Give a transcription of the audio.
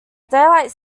daylight